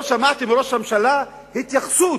לא שמעתי מראש הממשלה התייחסות,